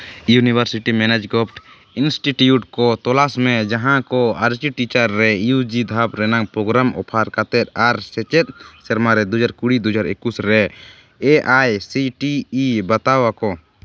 university manage ᱜᱳᱵᱷᱴ institute ᱠᱚ ᱛᱚᱞᱟᱥ ᱢᱮ ᱡᱟᱦᱟᱸ ᱠᱚ ᱟᱨᱠᱤᱴᱮᱠᱪᱟᱨ ᱨᱮ ᱤᱭᱩ ᱡᱤ ᱫᱷᱟᱯ ᱨᱮᱱᱟᱜ ᱯᱨᱳᱜᱨᱟᱢ ᱚᱯᱷᱟᱨ ᱠᱟᱛᱮ ᱟᱨ ᱥᱮᱪᱮᱫ ᱥᱮᱨᱢᱟ ᱨᱮ ᱫᱩ ᱦᱟᱡᱟᱨ ᱠᱩᱲᱤ ᱫᱩ ᱦᱟᱡᱟᱨ ᱮᱠᱩᱥ ᱨᱮ A I C T E ᱵᱟᱛᱟᱣ ᱟᱠᱚ